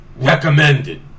recommended